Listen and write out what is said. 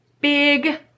big